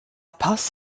paz